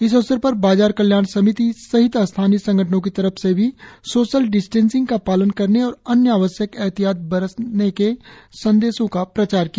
इस अवसर पर बाजार कल्याण समिति सहित स्थानीय संगठनों की तरफ से भी सोशल डिस्टेंसिंग का पालन करने और अन्य आवश्यक ऐहतियात बरतने के संदेशों का प्रचार किया